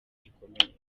gikomeye